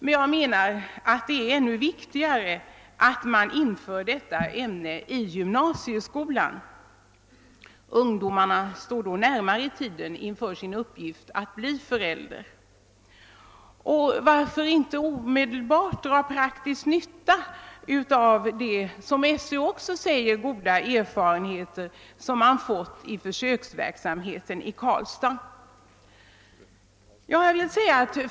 Men jag menar, att det är ännu viktigare att man inför detta ämne i gymnasieskolan. Ungdomarna står då i tiden närmare sin uppgift att bli förälder. Varför inte dra omedelbar, praktisk nytta av de av Sö vitsordade goda erfarenheterna av försöksverksamheten i Karlstad?